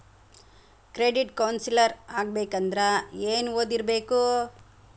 Credit counsellor ಆಗ್ಬೇಕಂದ್ರ ಏನ್ ಓದಿರ್ಬೇಕು?